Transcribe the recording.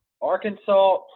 Arkansas